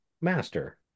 master